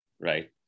right